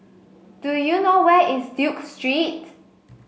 do you know where is Duke Street